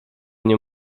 nie